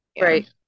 Right